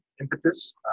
impetus